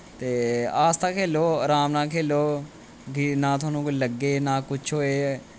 ते आस्ता खेलो र्हाम कन्नै खेलो गे नां तुआनूं कोई लग्गे नां कुच्छ होए